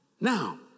Now